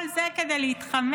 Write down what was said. כל זה, כדי להתחמק